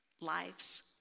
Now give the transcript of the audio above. lives